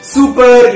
Super